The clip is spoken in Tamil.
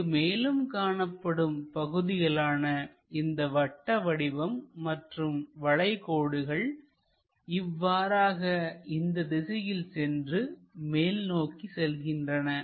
இங்கு மேலும் காணப்படும் பகுதிகளான இந்த வட்ட வடிவம் மற்றும் வளை கோடுகள் இவ்வாறாக இந்த திசையில் சென்று மேல் நோக்கி செல்கின்றன